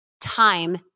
Time